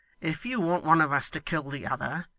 if you want one of us to kill the other,